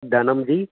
धनं जि